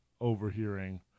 overhearing